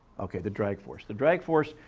okay, the drag force. the drag force,